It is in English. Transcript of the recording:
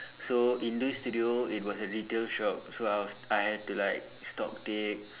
so in this studio it was a retail shop so I have I had to like stock take